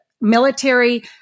Military